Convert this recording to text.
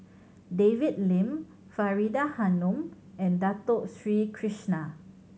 David Lim Faridah Hanum and Dato Sri Krishna